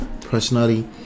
personally